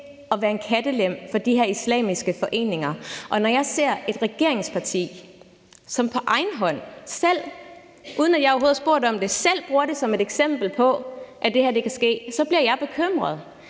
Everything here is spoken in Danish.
at være en kattelem for de her islamiske foreninger. Når jeg ser et regeringsparti, som på egen hånd og helt af sig selv, uden at jeg overhovedet har spurgt om det, bruger det som et eksempel på noget, der kan ske, så bliver jeg bekymret.